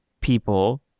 people